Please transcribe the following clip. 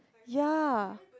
ya